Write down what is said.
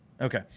Okay